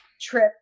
trip